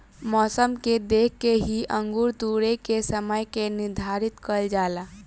मौसम के देख के ही अंगूर तुरेके के समय के निर्धारित कईल जाला